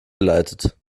geleitet